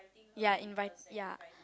ya invite ya